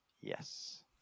Yes